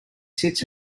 sits